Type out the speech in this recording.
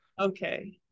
Okay